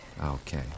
Okay